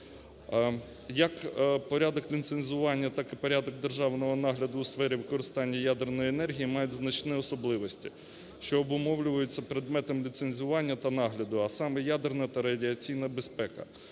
Як порядок ліцензування, так і порядок державного нагляду у сфері використання ядерної енергії, мають значні особливості, що обумовлюються предметом ліцензування та нагляду, а саме: ядерна та радіаційна безпека.